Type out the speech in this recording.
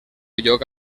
lloc